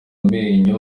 amenyo